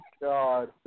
God